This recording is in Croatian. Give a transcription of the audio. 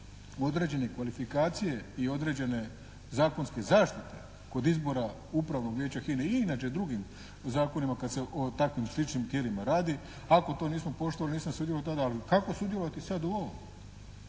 određene kvalifikacije i određene zakonske zaštite kod izbora upravnog vijeća HINA-e i inače drugim zakonima kad se o takvim sličnim tijelima radi. Ako to nismo poštovali nisam sudjelovao tada, ali kako sudjelovati sada u ovom.